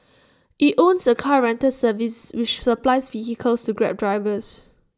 IT owns A car rental service which supplies vehicles to grab drivers